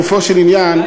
לגופו של עניין,